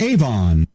Avon